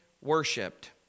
worshipped